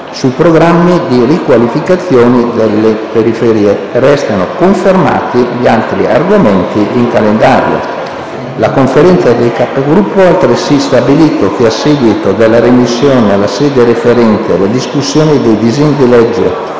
sui programmi di riqualificazione delle periferie. Restano confermati gli altri argomenti in calendario. La Conferenza dei Capigruppo ha altresì stabilito che, a seguito della remissione alla sede referente, la discussione dei disegni di legge